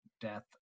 death